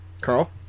Carl